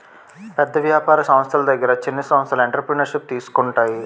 పెద్ద వ్యాపార సంస్థల దగ్గర చిన్న సంస్థలు ఎంటర్ప్రెన్యూర్షిప్ తీసుకుంటాయి